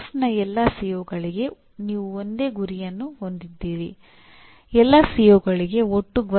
ಇವುಗಳನ್ನು programme educational objectives ಎಂಬ ಪದಗಳಿವೆ